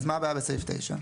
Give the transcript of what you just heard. אז מה הבעיה בסעיף (9)?